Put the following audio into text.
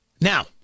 Now